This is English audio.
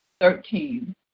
Thirteen